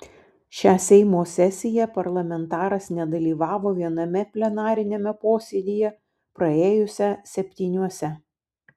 šią seimo sesiją parlamentaras nedalyvavo viename plenariniame posėdyje praėjusią septyniuose